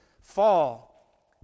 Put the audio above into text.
fall